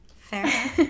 Fair